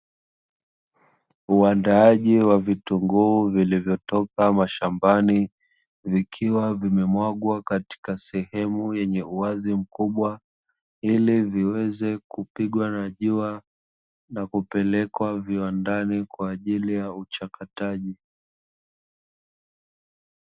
Uandaaji wa vitunguu vilivyotoka mashambani vikiwa vimemwagwa katika sehemu yenye uwazi mkubwa, ili viweze kupigwa na jua na kupelekwa viwandani kwa ajili ya uchakataji.